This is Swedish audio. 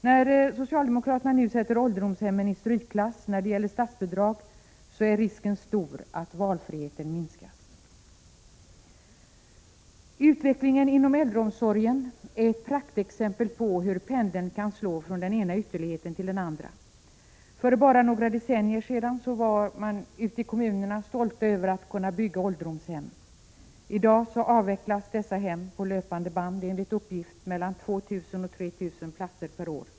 När socialdemokraterna nu sätter ålderdomshemmen i strykklass när det gäller statsbidrag, är risken stor att valfriheten minskar. Utvecklingen inom äldreomsorgen är praktexempel på hur pendeln kan slå från den ena ytterligheten till den andra. För bara några decennier sedan var man ute i kommunerna stolt över att kunna bygga ålderdomshem. I dag avvecklas dessa hem på löpande band med enligt uppgift 2 000 å 3 000 platser per år.